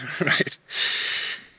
Right